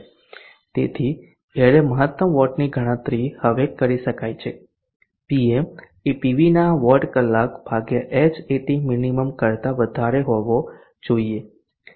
તેથી એરે મહત્તમ વોટની ગણતરી હવે કરી શકાય છે Pm એ પીવી ના વોટ કલાક ભાગ્યા Hat minimum કરતા વધારે હોવો જોઈએ